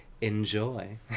Enjoy